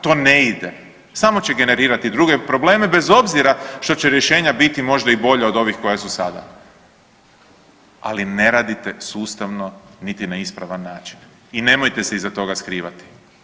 To ne ide, samo će generirati druge probleme bez obzira što će rješenja biti možda i bolja od ovih koja su sada, ali ne radite sustavno, niti na ispravan način i nemojte se iza toga skrivati.